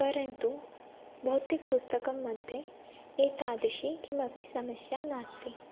परन्तु भौतिकपुस्तकं मध्ये एतादृशी कापि समस्या नास्ति